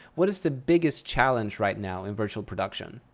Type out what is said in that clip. what is the biggest challenge right now in virtual production?